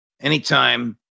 Anytime